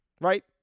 right